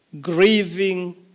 grieving